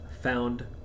found